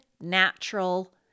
natural